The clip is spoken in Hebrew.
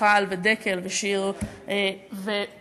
מיכל ודקל ושיר ואמיר,